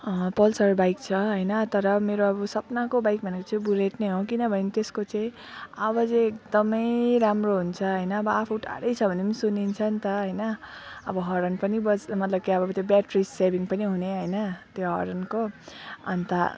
Pulsar bike छ हैन तर मेरो अब सपनाको बाइक भनेको चाहिँ बुलेट नै हो किनभने त्यसको चाहिँ आवाजै एकदमै राम्रो हुन्छ हैन अब आफू टाढै छ भने पनि सुनिन्छ नि त हैन अब हर्न पनि बज् मतलब क्या अरे अब त्यो ब्याट्रिस सेभिङ पनि हुने हैन त्यो हर्नको अनि त